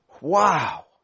wow